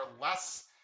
less